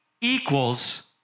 Equals